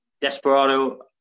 Desperado